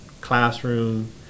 classroom